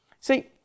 See